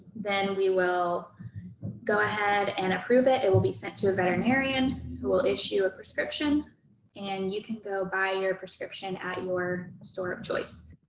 then we will go ahead and approve it. it will be sent to a veterinarian who will issue a prescription and you can go buy your prescription at your store of choice.